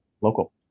local